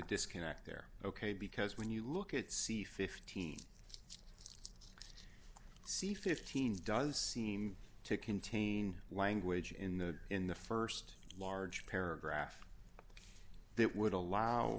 disconnect there ok because when you look at see fifteen see fifteen does seem to contain language in the in the st large paragraph that would allow